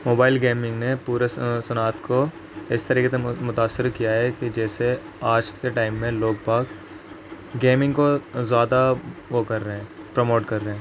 mobile gaming میں پورے صناعت کو اس طریقے سے متاثر کیا ہے کہ جیسے آج کے ٹائم میں لوگ باگ گیمنگ کو زیادہ وہ کر رہے ہیں پرموٹ کر رہے ہیں